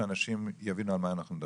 שאנשים יבינו על מה שאנחנו מדברים.